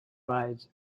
rides